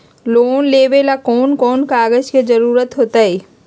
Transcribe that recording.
Loan लेवेला कौन कौन कागज के जरूरत होतई?